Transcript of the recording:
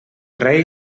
rei